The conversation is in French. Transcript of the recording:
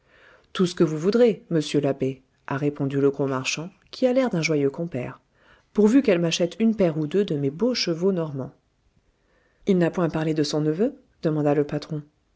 tout ce que vous voudrez monsieur l'abbé a répondu le gros marchand qui a l'air d'un joyeux compère pourvu qu'elle m'achète une paire ou deux de mes beaux chevaux normands il n'a point parlé de son neveu demanda le patron